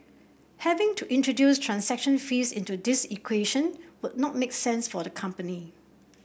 having to introduce transaction fees into this equation would not make sense for the company